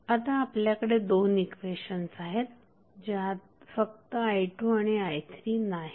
आता आपल्याकडे दोन इक्वेशन्स आहेत ज्यात फक्त i2आणि i3 नाहीत